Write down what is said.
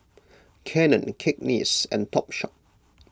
Canon Cakenis and Topshop